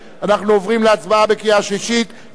אנחנו עוברים להצבעה בקריאה שלישית של חוק